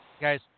guys